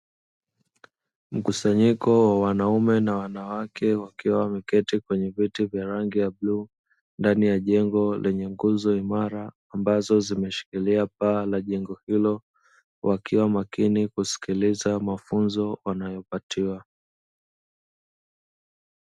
Mkusanyiko wa wanaume na wanawake wakiwa wameketi kwenye viti vya rangi ya bluu, ndani ya jengo lenye nguzo imara ambazo zimeshikilia paa la jengo hilo wakiwa makini kusikiliza mafunzo wanayopatiwa.